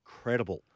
incredible